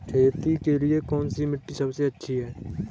खेती के लिए कौन सी मिट्टी सबसे अच्छी है?